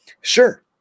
Sure